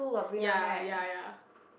ya ya ya